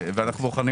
בלי יוצא מן הכלל,